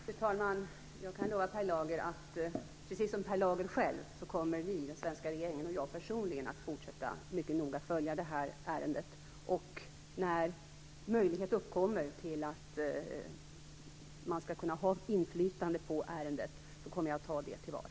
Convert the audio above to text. Fru talman! Jag kan lova Per Lager att precis som han själv kommer vi i den svenska regeringen och jag personligen att fortsätta att mycket noga följa detta ärende och när möjlighet till inflytande på ärendet uppkommer kommer jag att ta den till vara.